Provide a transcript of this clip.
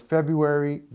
February